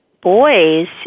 boys